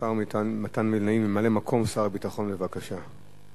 השר מתן וילנאי, ממלא-מקום שר הביטחון, בבקשה.